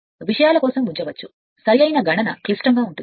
విషయాల కోసం ఉంచవచ్చు గణన సరైన క్లిష్టంగా ఉంటుంది